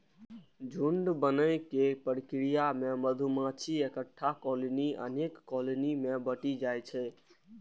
झुंड बनै के प्रक्रिया मे मधुमाछीक एकटा कॉलनी अनेक कॉलनी मे बंटि जाइ छै